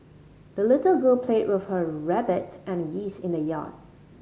the little girl played with her rabbit and geese in the yard